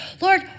Lord